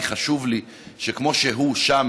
כי חשוב לי שכמו שהוא שם,